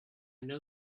know